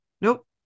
Nope